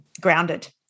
grounded